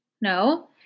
no